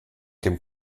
dem